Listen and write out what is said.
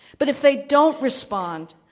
but if they don't respond,